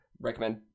Recommend